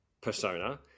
persona